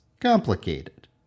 complicated